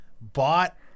bought